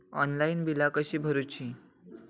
Online बिला कशी भरूची?